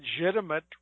legitimate